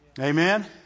Amen